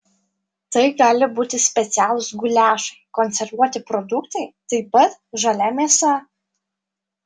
tai gali būti specialūs guliašai konservuoti produktai taip pat žalia mėsa